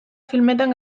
filmetan